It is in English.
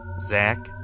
Zach